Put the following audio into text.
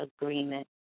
agreement